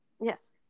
yes